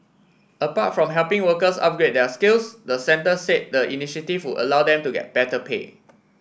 apart from helping workers upgrade their skills the centre said the initiative would allow them to get better pay